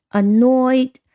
annoyed